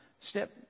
step